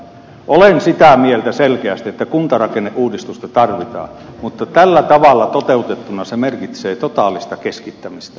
olen selkeästi sitä mieltä että kuntarakenneuudistusta tarvitaan mutta tällä tavalla toteutettuna se merkitsee totaalista keskittämistä